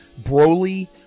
Broly